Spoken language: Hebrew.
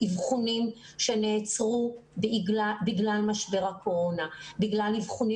אבחונים שנעצרו בגלל משבר הקורונה ואבחונים